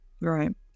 Right